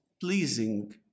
pleasing